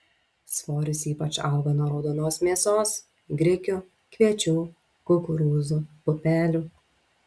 svoris ypač auga nuo raudonos mėsos grikių kviečių kukurūzų pupelių